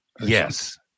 yes